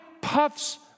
puffs